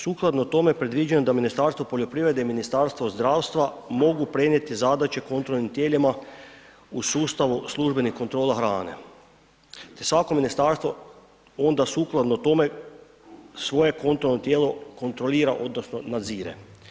Sukladno tome predviđam da Ministarstvo poljoprivrede i Ministarstvo zdravstva mogu prenijeti zadaće kontrolnim tijelima u sustavu službenih kontrola hrane, te svako ministarstvo onda sukladno tome svoje kontrolno tijelo kontrolira odnosno nadzire.